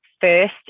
first